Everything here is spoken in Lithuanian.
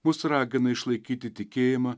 mus ragina išlaikyti tikėjimą